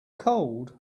cold